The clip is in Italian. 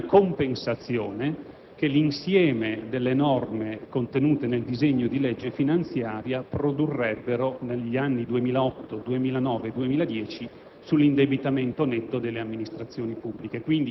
sulla base delle migliori stime, una piena compensazione che l'insieme delle norme contenute nel disegno di legge finanziaria produrrebbero negli anni 2008, 2009 e 2010